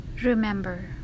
remember